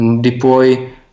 deploy